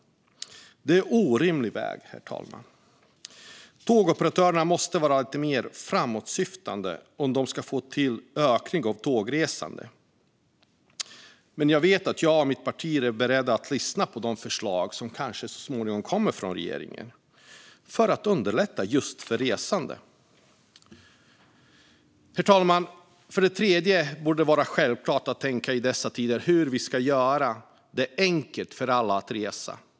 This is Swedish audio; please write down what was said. Det är en orimlig väg, herr talman. Tågoperatörerna måste vara lite mer framåtsyftande om de ska få till stånd en ökning av tågresandet. Jag och mitt parti är beredda att lyssna på de förslag som så småningom kanske kommer från regeringen när det gäller att underlätta för resande. Herr talman! I dessa tider borde det vara självklart att tänka på hur vi ska göra det enkelt för alla att resa.